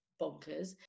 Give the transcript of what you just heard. bonkers